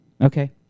Okay